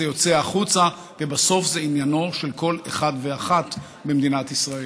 זה יוצא החוצה ובסוף זה עניינו של כל אחד ואחת ממדינת ישראל.